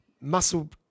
muscle